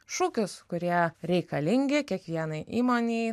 šūkius kurie reikalingi kiekvienai įmonei